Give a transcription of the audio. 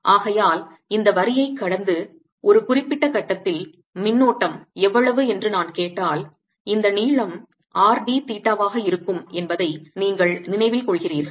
ஆகையால் இந்த வரியைக் கடந்து ஒரு குறிப்பிட்ட கட்டத்தில் மின்னோட்டம் எவ்வளவு என்று நான் கேட்டால் இந்த நீளம் R d தீட்டாவாக இருக்கும் என்பதை நீங்கள் நினைவில் கொள்கிறீர்கள்